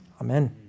amen